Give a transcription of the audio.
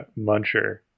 muncher